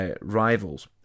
rivals